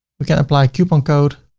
we can apply coupon code.